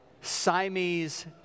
Siamese